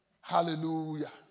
Hallelujah